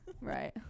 Right